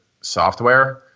software